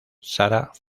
sarah